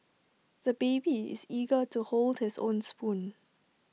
the baby is eager to hold his own spoon